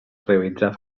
realitzar